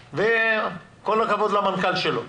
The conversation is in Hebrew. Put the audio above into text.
וכל הכבוד למנכ"ל שלו.